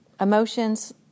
emotions